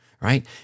right